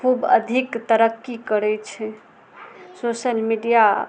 खूब अधिक तरक्की करै छै सोशल मीडिया